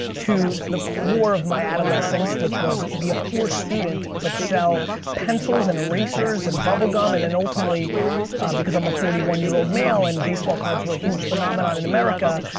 to the core of my adolescence which was be a poor student but sell pencils and erasers and bubblegum and then ultimately because i'm a forty one year old male and baseball cards were a huge phenomenon in america,